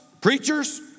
preachers